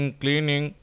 cleaning